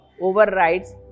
overrides